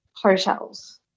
Hotels